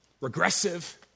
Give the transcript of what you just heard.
Regressive